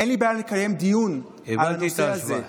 אין לי בעיה לקדם דיון על הנושא הזה,